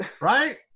Right